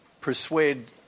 persuade